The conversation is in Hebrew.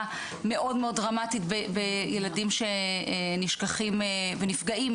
מאוד מאוד דרמטית בילדים שנשכחים ונפגעים,